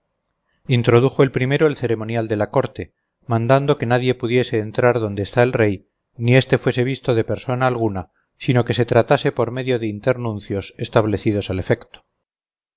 introdujo el primero el ceremonial de la corte mandando que nadie pudiese entrar donde está el rey ni éste fuese visto de persona alguna sino que se tratase por medio de internuncios establecidos al efecto